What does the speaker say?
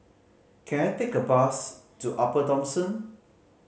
can I take a bus to Upper Thomson